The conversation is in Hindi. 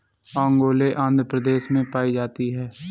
ओंगोले आंध्र प्रदेश में पाई जाती है